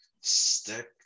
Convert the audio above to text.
stick